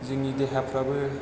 जोंनि देहाफ्राबो